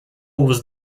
was